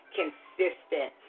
consistent